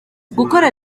gukora